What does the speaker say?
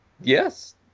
Yes